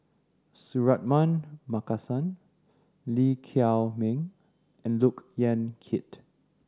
Suratman Markasan Lee Chiaw Meng and Look Yan Kit